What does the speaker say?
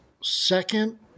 second